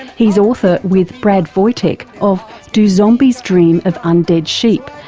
he's author with brad voytek of do zombies dream of undead sheep?